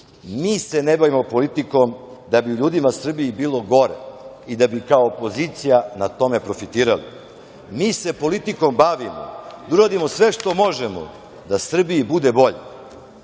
mi se ne bavimo politikom da bi ljudima u Srbiji bilo gore i da bi kao opozicija na tome profitirali, mi se politikom bavimo da uradimo sve što možemo da Srbiji bude